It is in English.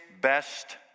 best